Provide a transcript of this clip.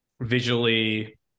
visually